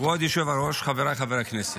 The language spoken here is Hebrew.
כבוד היושב-ראש, חבריי חברי הכנסת,